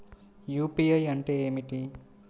UPI అంటే ఏమిటి?